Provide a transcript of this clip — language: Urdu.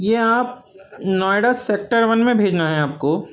یہ آپ نوئیڈا سیکٹر ون میں بھیجنا ہے آپ کو